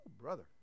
brother